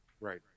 Right